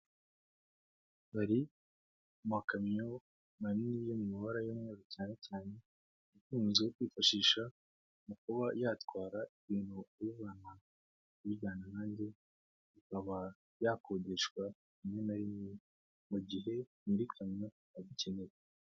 Bari mu makamyo manini yo mu mabara y'umweru cyane cyane yakunze kwifashisha mu kuba yatwara ibintu ubana bijyana nanjye bikaba yakodeshwa rimwe na rimwe mu gihe nyirikanmyo ababikeneye.